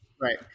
Right